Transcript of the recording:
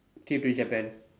trip to Japan